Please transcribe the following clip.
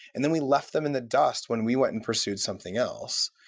and then we left them in the dust when we went and pursued something else.